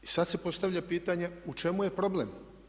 I sad se postavlja pitanje u čemu je problem?